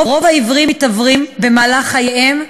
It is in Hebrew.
רוב העיוורים מתעוורים במהלך חייהם,